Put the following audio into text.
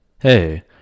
Hey